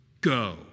Go